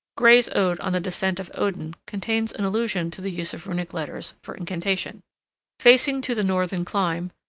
gray's ode on the descent of odin contains an allusion to the use of runic letters for incantation facing to the northern clime,